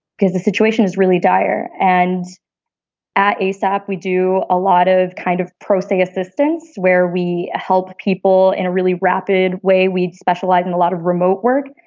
because the situation is really dire and at a stop, we do a lot of kind of processing assistance where we help people in a really rapid way. we'd specialize in a lot of remote work.